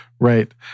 Right